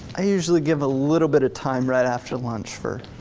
i usually give a little bit of time right after lunch for,